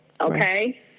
Okay